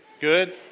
Good